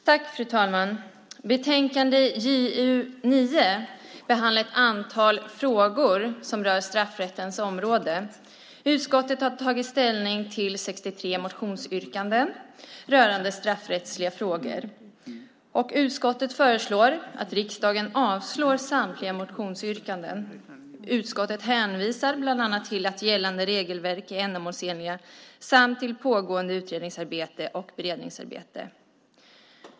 Fru talman! Betänkande JuU9 behandlar ett antal frågor som rör straffrättens område. Utskottet har tagit ställning till 63 motionsyrkanden rörande straffrättsliga frågor. Utskottet föreslår att riksdagen avslår samtliga motionsyrkanden. Utskottet hänvisar bland annat till att gällande regelverk är ändamålsenliga samt till pågående utrednings och beredningsarbete.